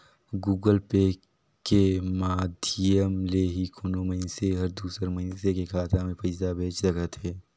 Google Pay के माधियम ले ही कोनो मइनसे हर दूसर मइनसे के खाता में पइसा भेज सकत हें